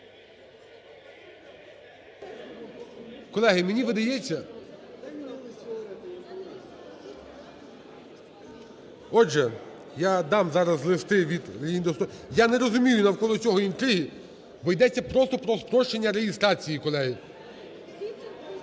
Колеги, мені видається. Отже, я дам зараз листи від… Я не розумію навколо цього інтриги, бо йдеться просто про спрощення реєстрації, колеги.